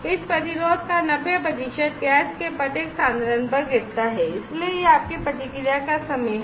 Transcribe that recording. इस प्रतिरोध का 90 प्रतिशत गैस के प्रत्येक सांद्रण पर गिरता है इसलिए यह आपकी प्रतिक्रिया का समय है